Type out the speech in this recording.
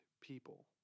people